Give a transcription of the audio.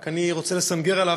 רק אני הולך לסנגר עליו,